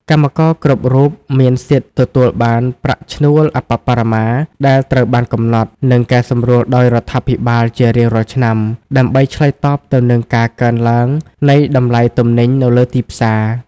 កម្មករគ្រប់រូបមានសិទ្ធិទទួលបានប្រាក់ឈ្នួលអប្បបរមាដែលត្រូវបានកំណត់ និងកែសម្រួលដោយរដ្ឋាភិបាលជារៀងរាល់ឆ្នាំ ដើម្បីឆ្លើយតបទៅនឹងការកើនឡើងនៃតម្លៃទំនិញនៅលើទីផ្សារ។